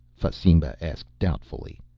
fasimba asked doubtfully.